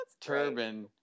turban